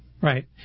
Right